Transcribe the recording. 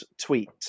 tweet